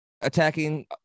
attacking